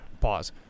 Pause